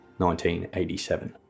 1987